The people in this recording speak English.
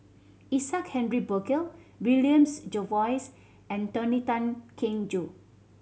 Isaac Henry Burkill William Jervois and Tony Tan Keng Joo